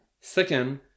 Second